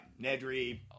Nedry